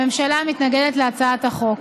הממשלה מתנגדת להצעת החוק.